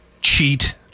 cheat